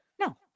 no